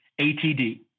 ATD